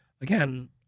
Again